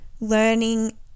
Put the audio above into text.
learning